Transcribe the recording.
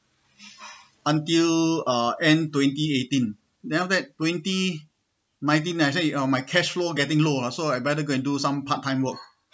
for until uh end twenty eighteen then after that twenty nineteen I said oh my cash flow getting low ah so I better go and do some part time work